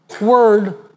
word